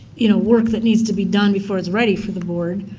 you know, work that needs to be done before it's ready for the board.